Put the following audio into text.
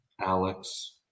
alex